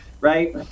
right